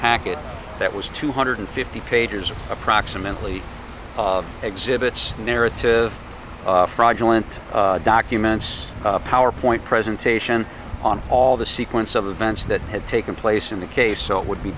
packet that was two hundred fifty pages of approximately exhibits narrative fraudulent documents a powerpoint presentation on all the sequence of events that had taken place in the case so it would be